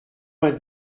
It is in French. vingt